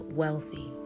wealthy